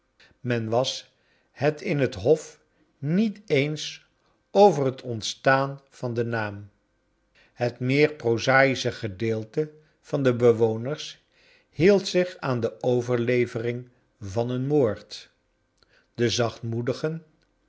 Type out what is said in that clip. men was het in het hof niet eens over het ontstaan van den naam het meer prozaische gedeelte van de bewoners hield zich aan de overlevering van een moord de